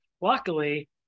Luckily